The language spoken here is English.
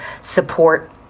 support